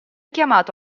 chiamato